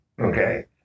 Okay